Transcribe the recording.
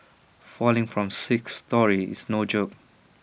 falling from sixth storey is no joke